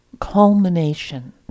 culmination